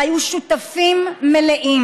והיו שותפים מלאים,